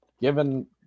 given